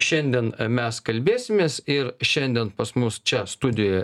šiandien mes kalbėsimės ir šiandien pas mus čia studijoje